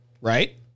right